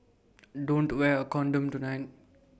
don't wear A condom tonight